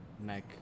Mac